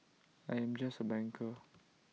I am just A banker